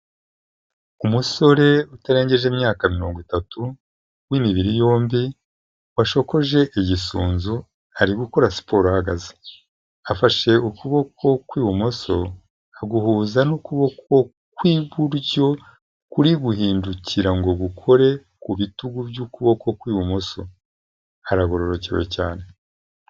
Umusore utarengeje imyaka mirongo itatu w'imibiri yombi, washokoje igisunzu, ari gukora siporo ahagaze; afashe ukuboko kw'ibumoso aguhuza n'ukuboko kw'iburyo kuri guhindukira ngo gukore ku bitugu by'ukuboko kw'ibumoso, aragororokewe cyane.